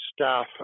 staff